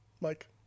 Mike